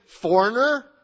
foreigner